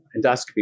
endoscopy